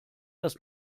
das